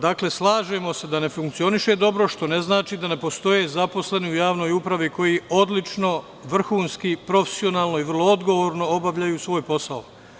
Dakle, slažemo se da ne funkcioniše dobro, što ne znače da ne postoje zaposleni u javnoj upravi koji odlično, vrhunski, profesionalno i vrlo odgovorno obavljaju svoj posao.